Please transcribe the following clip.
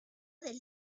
del